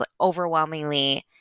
overwhelmingly